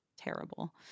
terrible